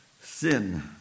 sin